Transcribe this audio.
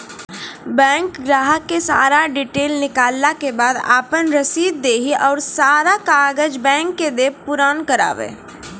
Bank ग्राहक के सारा डीटेल निकालैला के बाद आपन रसीद देहि और सारा कागज बैंक के दे के पुराना करावे?